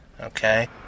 okay